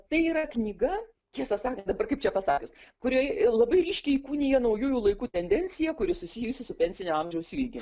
tai yra knyga tiesą sakant dabar kaip čia pasakius kurioj labai ryškiai įkūnija naujųjų laikų tendenciją kuri susijusi su pensinio amžiaus ilgiu